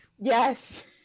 yes